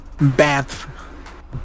Bath